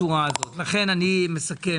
לכן אני מסכם